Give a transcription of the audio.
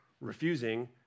refusing